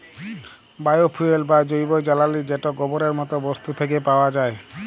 bio fuel বা জৈব জ্বালালী যেট গোবরের মত বস্তু থ্যাকে পাউয়া যায়